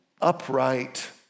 upright